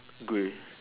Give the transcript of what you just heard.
grey